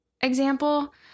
example